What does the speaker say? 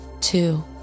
Two